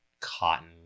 cotton